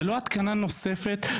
זה לא התקנה נוספת,